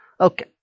Okay